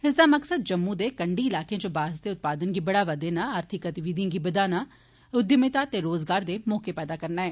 इस दा मकसद जम्मू दे कंडी इलाके च बांस दे उत्पादन गी बढ़ावा देना आर्थिक गतिविधियें गी बदाना उद्यमियता ते रोजगार दे मौके पैदा करना ऐ